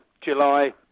July